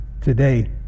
today